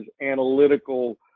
analytical